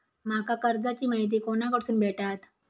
माका कर्जाची माहिती कोणाकडसून भेटात?